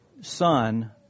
Son